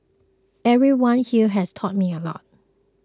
everyone here has taught me a lot